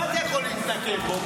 מה אתה יכול להתנקם בו?